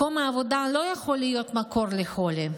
מקום העבודה לא יכול להיות מקור לחולי,